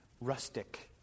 rustic